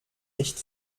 nicht